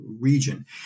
region